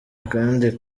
kandi